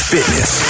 Fitness